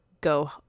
go